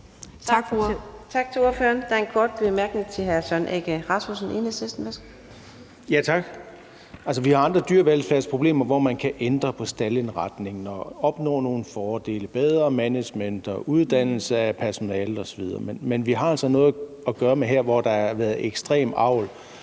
Vi har jo andre dyrevelfærdsproblemer, hvor man kan ændre på staldindretningen og opnå nogle fordele, bedre management og uddannelse af personalet osv. Men vi har altså her med noget at gøre, hvor der har været ekstrem avl,